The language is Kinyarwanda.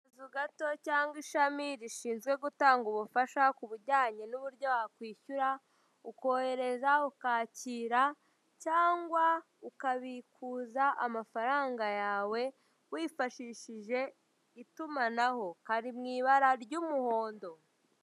Akazu gato cyangwa ishami rishinzwe gutanga ubufasha kubijyanye n'uburyo wakwishyura, ukohereza, ukakira cyangwa ukabikuza amafaranga yawe wifashishije itumanaho. Kari mu ibara ry'umuhondo.